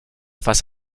face